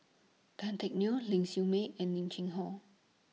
Tan Teck Neo Ling Siew May and Lim Cheng Hoe